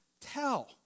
tell